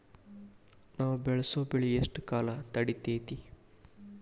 ನಾವು ಬೆಳಸೋ ಬೆಳಿ ಎಷ್ಟು ಕಾಲ ತಡೇತೇತಿ?